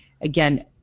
again